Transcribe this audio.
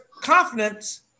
confidence